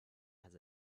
has